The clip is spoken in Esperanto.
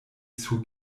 sur